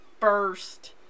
first